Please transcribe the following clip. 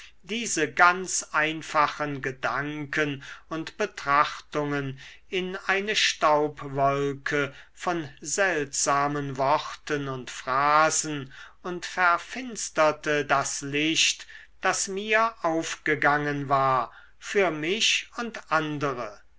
diese ganz einfachen gedanken und betrachtungen in eine staubwolke von seltsamen worten und phrasen und verfinsterte das licht das mir aufgegangen war für mich und andere